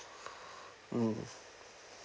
hmm